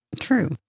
True